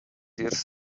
years